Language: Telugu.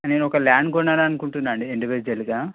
నేనొక ల్యాండ్ కొనాలనుకుంటున్నా అండి ఇండివిడ్యువల్గా